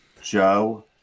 Joe